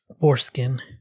Foreskin